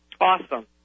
Awesome